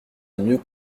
mieux